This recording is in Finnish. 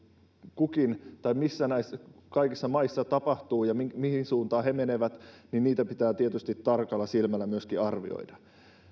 kukin tekee tai mitä näissä kaikissa maissa tapahtuu ja mihin suuntaan he menevät niin niitä pitää tietysti tarkalla silmällä myöskin arvioida